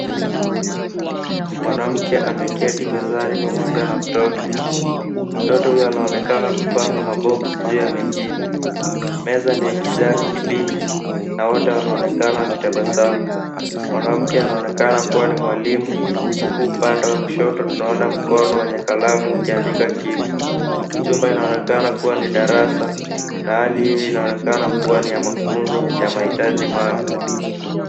Mwanamke ameketi mezani pamoja na mtoto. Mtoto huyo anaonekana kupanga maboksi juu ya mengine. Meza ni ya kijani kibichi na wote wanaonekana wakitabasamu. Mwanamke anaonekana kuwa ni mwalimu huku upande wa kushoto tunaona mkono wenye kalamu ukiandika kitu. Chumba inaonekana kuwa ni darasa. Na hali hii inaonekana kuwa ni ya mafunzo ya mahitaji maalum.